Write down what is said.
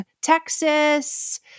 Texas